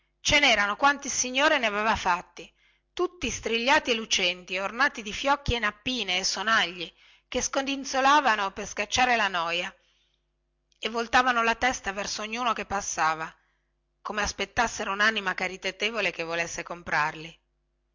ce nerano quanti il signore ne aveva fatti tutti strigliati e lucenti e ornati di fiocchi e nappine e sonagli che scodinzolavano per scacciare la noia e voltavano la testa verso ognuno che passava come aspettassero unanima caritatevole che volesse comprarli